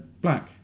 black